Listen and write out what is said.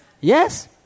Yes